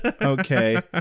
Okay